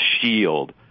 shield